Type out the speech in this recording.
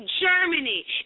Germany